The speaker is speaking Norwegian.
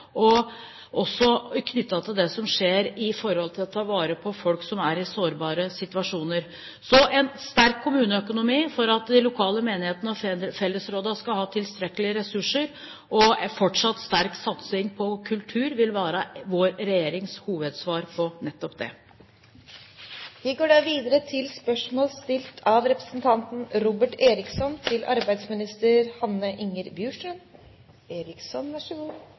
og til det som skjer for å ta vare på folk som er i sårbare situasjoner. En sterk kommuneøkonomi, slik at de lokale menighetene og fellesrådene har tilstrekkelige ressurser og fortsatt en sterk satsing på kultur, vil være vår regjerings hovedsvar på nettopp det. Jeg har gleden av å stille arbeidsministeren følgende spørsmål: